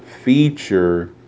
feature